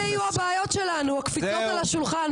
מעדיפה אלף פעמים שיקפצו על השולחנות.